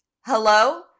Hello